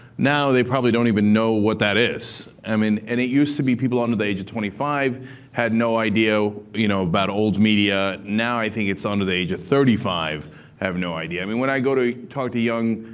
now, they probably don't even know what that is. i mean and it used to be people under the age of twenty five had no idea you know about old media. now, i think, it's under the age of thirty five have no idea. i mean when i go to talk to young